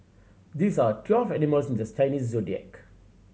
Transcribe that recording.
these are twelve animals in this Chinese Zodiac